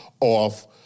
off